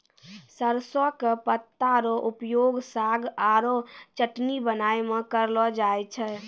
सरसों के पत्ता रो उपयोग साग आरो चटनी बनाय मॅ करलो जाय छै